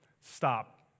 stop